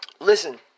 Listen